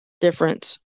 difference